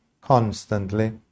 constantly